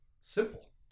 Simple